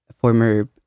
Former